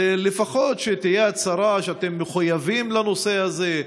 לפחות שתהיה הצהרה שאתם מחויבים לנושא הזה,